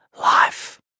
life